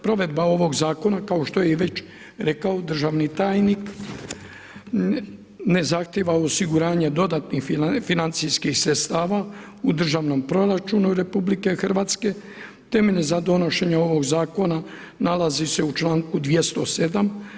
Provedba ovog zakona kao što je već i rekao državni tajnik, ne zahtjeva od osiguranja dodatnih financijskih sredstava u državnom proračunu RH, temelj za donošenje ovog zakona, nalazi se u čl. 207.